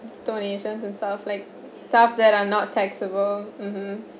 donations and stuff like stuff that are not taxable mmhmm